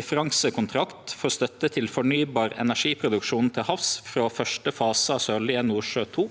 differansekontrakt for støtte til fornybar energiproduksjon til havs frå første fase av Sørlege Nordsjø II